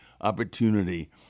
opportunity